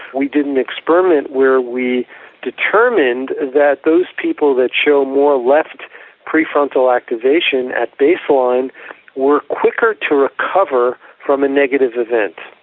we did an experiment where we determined that those people that show more left pre-frontal activation at base line were quicker to recover from a negative event.